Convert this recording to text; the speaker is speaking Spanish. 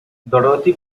dorothy